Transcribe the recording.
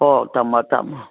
ꯑꯣ ꯊꯝꯃꯣ ꯊꯝꯃꯣ